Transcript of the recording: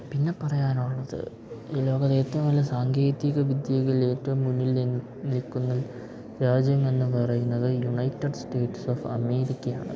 പിന്നെ പറയാനുള്ളത് ഈ ലോകത്ത് ഏറ്റവും നല്ല സാങ്കേതികവിദ്യകളിൽ ഏറ്റവും മുന്നിൽ നിൽക്കുന്ന രാജ്യം എന്നു പറയുന്നത് യുണൈറ്റഡ് സ്റ്റേറ്റ്സ് ഓഫ് അമേരിക്കയാണ്